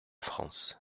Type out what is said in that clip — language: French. france